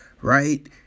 right